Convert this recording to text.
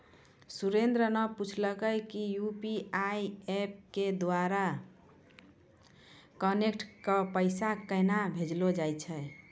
सुरेन्द्र न पूछलकै कि यू.पी.आई एप्प के द्वारा कांटैक्ट क पैसा केन्हा भेजलो जाय छै